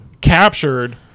captured